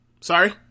Sorry